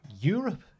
Europe